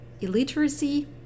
illiteracy